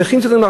שנכים צריכים,